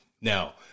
Now